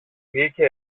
βγήκε